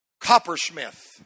coppersmith